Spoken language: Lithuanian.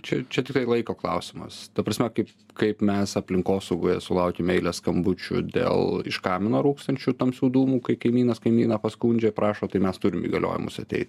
čia čia tiktai laiko klausimas ta prasme kaip kaip mes aplinkosaugoje sulaukiame eilę skambučių dėl iš kamino rūkstančių tamsių dūmų kai kaimynas kaimyną paskundžia prašo tai mes turim įgaliojimus ateit